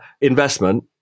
investment